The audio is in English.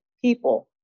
people